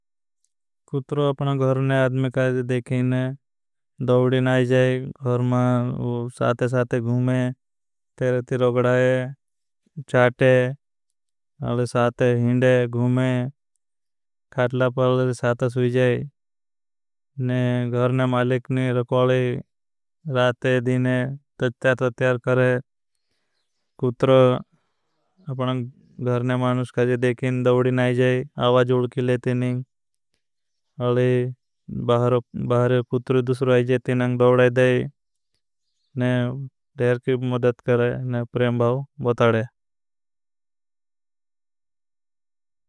कुतरो अपना घहरने आदमे काजे देखें दवडिन आईजाई, गहरमा साते साते घुमें। तेरो गड़ाई, चाटे, अले साते हिंडे घुमें, खाटला पल साता सुझाई। घहरने मालेकने रकौले राते दिनें, तज्त्यात वत्यार करें, कुत्रो अपना घहरने मालेकने देखें दवडिन आईजाई। उलकिले तेनें, अले बाहर कुत्रो दुसरो आईजाई, तेनें दवड़ाई देखें, ने धेर की मदद करें, ने प्रेमभाव बताड़े।